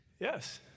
yes